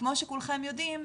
וכמו שכולכם יודעים,